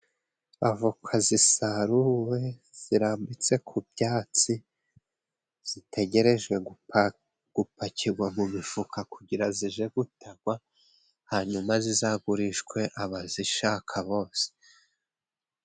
Avoka zisaruwe zirambitse ku byatsi zitegereje gupakirwa mu mifuka, kugira zije gutagwa hanyuma zizagurishwe abazishaka bose.